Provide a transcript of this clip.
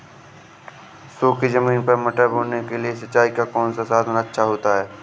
सूखी ज़मीन पर मटर बोने के लिए सिंचाई का कौन सा साधन अच्छा होता है?